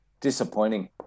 disappointing